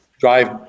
drive